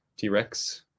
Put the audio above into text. T-Rex